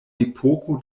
epoko